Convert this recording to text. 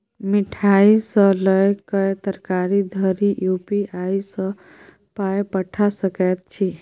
मिठाई सँ लए कए तरकारी धरि यू.पी.आई सँ पाय पठा सकैत छी